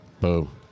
Boom